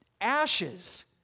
ashes